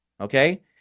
okay